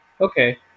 Okay